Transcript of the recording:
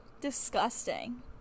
Disgusting